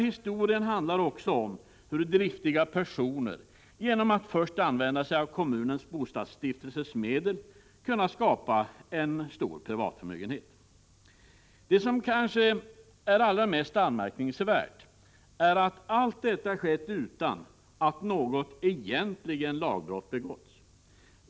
Historien handlar också om hur driftiga personer genom att använda sig av kommunens — bostadsstiftelsens — medel kunnat skapa en stor privatförmögenhet. Det som kanske är allra mest anmärkningsvärt är att allt detta skett utan att något egentligt lagbrott begåtts.